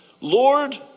Lord